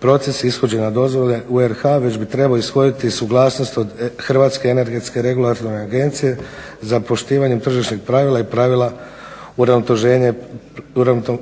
proces ishođenja dozvole u RH već bi trebao ishoditi suglasnost od Hrvatske energetske regulatorne agencije za poštivanjem tržišnih pravila i pravila